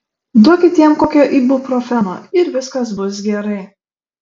duokit jam kokio ibuprofeno ir viskas bus gerai